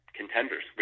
contenders